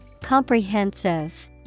Comprehensive